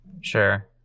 sure